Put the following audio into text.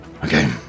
Okay